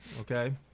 okay